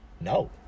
No